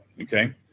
Okay